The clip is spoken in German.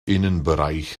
innenbereich